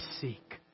seek